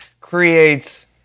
creates